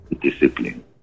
discipline